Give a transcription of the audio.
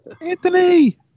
Anthony